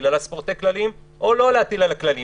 על הספורטק כללים או לא להטיל עליו כללים.